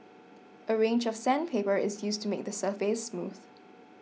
a range of sandpaper is used to make the surface smooth